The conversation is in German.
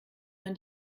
man